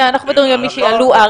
כן, אנחנו מדברים על מי שיעלו ארצה.